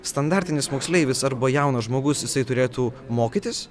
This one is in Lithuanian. standartinis moksleivis arba jaunas žmogus jisai turėtų mokytis